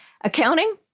Accounting